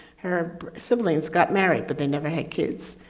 her siblings got married, but they never had kids.